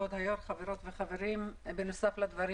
כבוד היו"ר, חברות וחברים, בנוסף לדברים